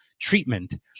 treatment